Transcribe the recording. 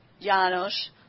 Janos